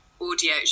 Audio